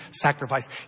sacrifice